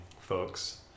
folks